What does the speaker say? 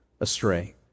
astray